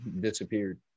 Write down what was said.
disappeared